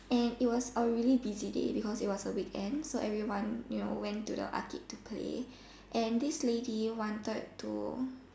and it was a really busy day because it was a week end so everyone you know went to the arcade to play and this lady wanted to